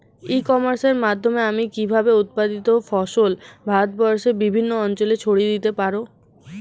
ই কমার্সের মাধ্যমে আমি কিভাবে উৎপাদিত ফসল ভারতবর্ষে বিভিন্ন অঞ্চলে ছড়িয়ে দিতে পারো?